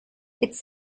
its